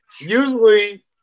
usually